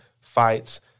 fights